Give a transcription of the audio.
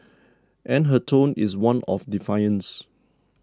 and her tone is one of defiance